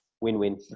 win-win